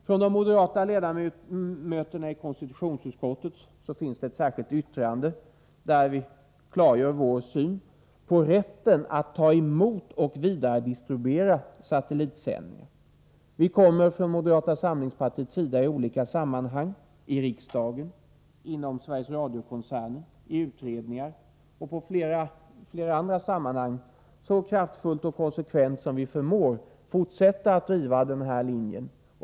Från de moderata ledamöterna i konstitutionsutskottet finns ett särskilt yttrande fogat till betänkandet, där vi klargör vår syn på rätten att ta emot och vidaredistribuera satellitsändning. Vi kommer från moderata samlingspartiets sida i olika sammanhang — i riksdagen, inom Sveriges Radio-koncernen, i utredningar och i flera andra sammanhang — så kraftfullt och konsekvent som vi förmår att fortsätta att driva denna linje.